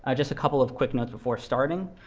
ah just a couple of quick notes before starting.